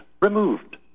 Removed